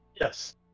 Yes